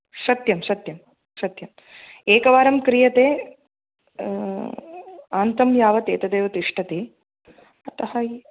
सत्यं सत्यं सत्यम् एकवारं क्रियते आन्तं यावत् एतदेव तिष्ठति अतः